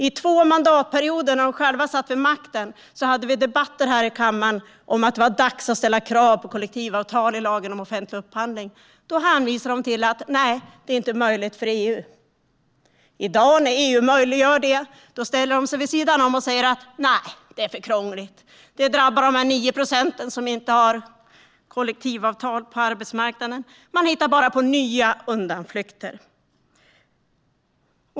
I två mandatperioder när de själva satt vid makten hade vi debatter här i kammaren om att det var dags att ställa krav på kollektivavtal i lagen om offentlig upphandling. Då hänvisade de till att det inte var möjligt på grund av EU. I dag, när EU möjliggör detta, ställer de sig vid sidan om och säger att det är för krångligt och att det här bara drabbar de 9 procenten som inte har kollektivavtal på arbetsmarknaden. Man hittar bara på nya undanflykter.